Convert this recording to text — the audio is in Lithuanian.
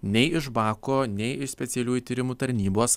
nei iš bako nei iš specialiųjų tyrimų tarnybos